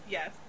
Yes